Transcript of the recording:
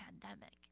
pandemic